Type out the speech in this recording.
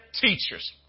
teachers